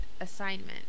assignment